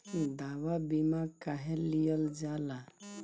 दवा बीमा काहे लियल जाला?